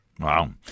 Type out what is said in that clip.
Wow